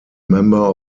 member